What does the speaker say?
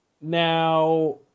Now